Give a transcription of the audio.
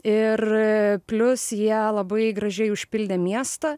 ir plius jie labai gražiai užpildė miestą